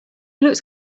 looks